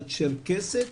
הצ'רקסית,